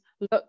look